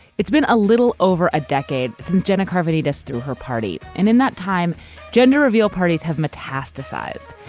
it's been a little over a decade since jenna parvati just threw her party. and in that time gender reveal parties have metastasized.